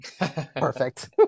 perfect